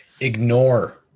ignore